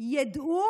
ידעו